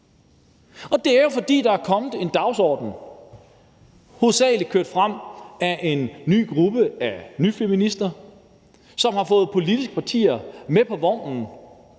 Det er jo, fordi der er kommet en dagsorden, hovedsagelig kørt frem af en gruppe af nyfeminister, som har fået politiske partier med på vognen,